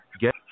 get